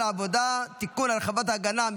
(תיקון,